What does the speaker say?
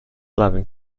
loving